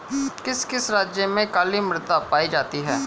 किस किस राज्य में काली मृदा पाई जाती है?